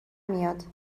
میاید